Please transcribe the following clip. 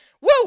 woo